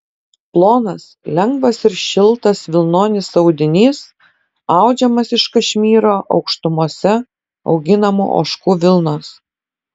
plonas lengvas ir šiltas vilnonis audinys audžiamas iš kašmyro aukštumose auginamų ožkų vilnos